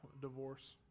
divorce